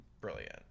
brilliant